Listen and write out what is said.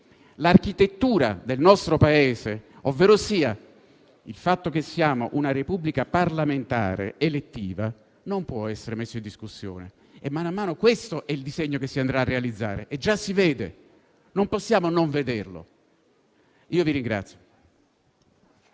l'architettura del nostro Paese, ovverosia il fatto che siamo una Repubblica parlamentare elettiva, non può essere messa in discussione, ed è questo il disegno che via via si andrà a realizzare. Già si vede, non possiamo non vederlo. [**Presidenza